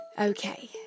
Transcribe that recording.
Okay